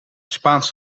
spaans